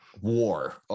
war